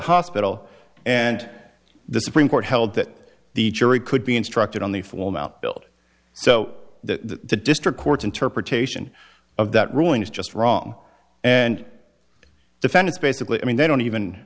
hospital and the supreme court held that the jury could be instructed on the full amount built so that the district court's interpretation of that ruling is just wrong and defendants basically i mean they don't even